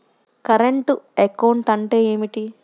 Current account అంటే ఏమిటి?